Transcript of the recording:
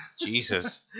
Jesus